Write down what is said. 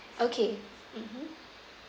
okay mmhmm